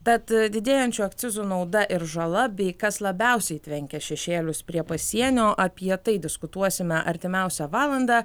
tad didėjančių akcizų nauda ir žala bei kas labiausiai tvenkia šešėlius prie pasienio apie tai diskutuosime artimiausią valandą